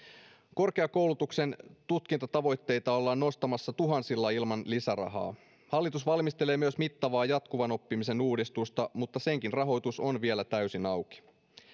korkeakoulutuksen tutkintotavoitteita ollaan nostamassa tuhansilla ilman lisärahaa hallitus valmistelee myös mittavaa jatkuvan oppimisen uudistusta mutta senkin rahoitus on vielä täysin auki